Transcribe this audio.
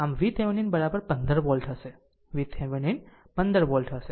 આમ VThevenin 15 volt હશે VThevenin 15 volt હશે